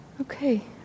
Okay